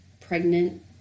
pregnant